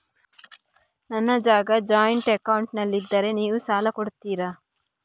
ನನ್ನ ಜಾಗ ಜಾಯಿಂಟ್ ಅಕೌಂಟ್ನಲ್ಲಿದ್ದರೆ ನೀವು ಸಾಲ ಕೊಡ್ತೀರಾ?